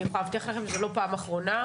אני יכולה להבטיחכם זו לא פעם האחרונה.